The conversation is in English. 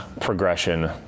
progression